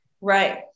right